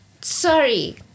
Sorry